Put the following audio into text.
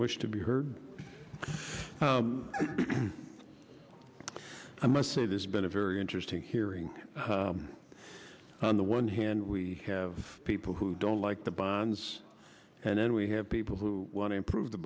wish to be heard i must say this been a very interesting hearing on the one hand we have people who don't like the bonds and then we have people who want to improve the